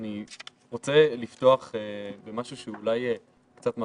אני רוצה לפתוח עם משהו שהוא אולי קצת מכעיס.